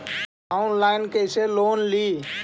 Online कैसे loan ली?